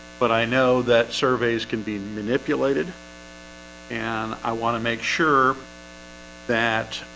but i know that surveys can be manipulated and i want to make sure that